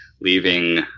leaving